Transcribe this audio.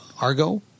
Argo